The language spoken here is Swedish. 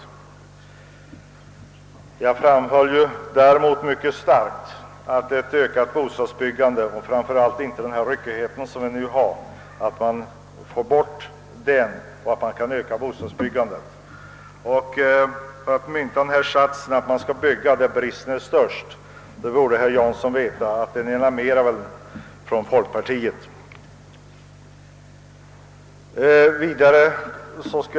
Tvärtom framhöll jag mycket starkt behovet av ett ökat bostadsbyggande och framför allt av att vi får bort den ryckighet som nu råder. Herr Jansson borde veta att satsen »Man skall bygga där bristen är störst» emanerar från folkpartiet.